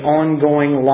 ongoing